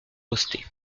posté